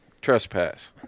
trespass